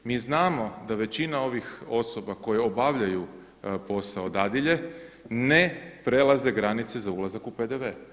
Mi znamo da većina ovih osoba koje obavljaju posao dadilje ne prelaze granice za ulazak u PDV.